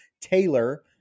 Taylor